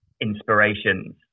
inspirations